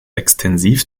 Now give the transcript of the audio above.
extensiv